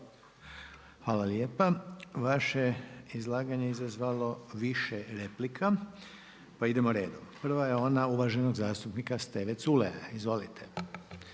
Hvala lijepa. Vaše izlaganje je izazvalo više replika, pa idemo redom. Prva je ona uvaženog zastupnika Steve Culeja. Izvolite.